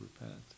repent